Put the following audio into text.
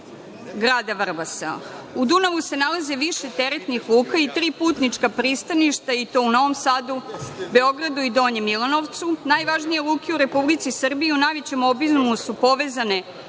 grada Vrbasa.U Dunavu se nalazi više teretnih luka i tri putnička pristaništa i to u Novom Sadu, Beogradu i Donjem Milanovcu. Najvažnije luke u Republici Srbiji u najvećem obimu su povezane